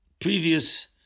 previous